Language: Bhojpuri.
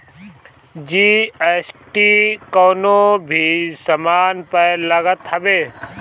जी.एस.टी कवनो भी सामान पअ लागत हवे